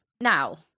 Now